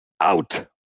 out